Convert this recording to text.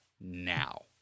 now